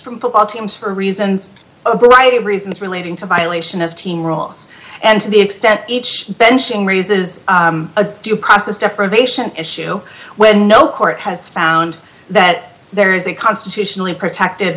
from football teams for reasons of the right reasons relating to violation of team rules and to the extent each benching raises a due process deprivation issue when no court has found that there is a constitutionally protected